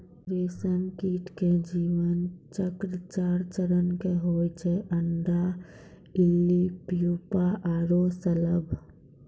रेशम कीट के जीवन चक्र चार चरण के होय छै अंडा, इल्ली, प्यूपा आरो शलभ